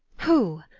who?